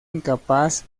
incapaz